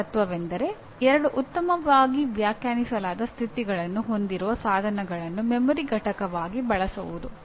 ಹಿಂದಿನ ತತ್ವವೆಂದರೆ ಎರಡು ಉತ್ತಮವಾಗಿ ವ್ಯಾಖ್ಯಾನಿಸಲಾದ ಸ್ಥಿತಿಗಳನ್ನು ಹೊಂದಿರುವ ಸಾಧನವನ್ನು ಮೆಮೊರಿ ಘಟಕವಾಗಿ ಬಳಸಬಹುದು